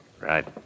Right